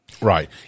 Right